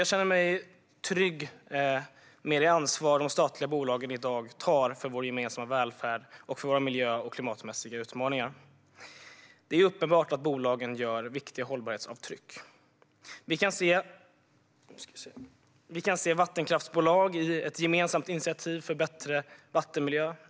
Jag känner mig trygg med det ansvar som de statliga bolagen i dag tar för vår gemensamma välfärd och för våra miljö och klimatmässiga utmaningar. Det är uppenbart att bolagen gör viktiga hållbarhetsavtryck. Vi kan se vattenkraftsbolag i ett gemensamt initiativ för bättre vattenmiljö.